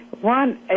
One